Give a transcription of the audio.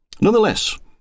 Nonetheless